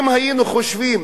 אם היינו חושבים,